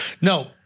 No